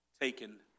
taken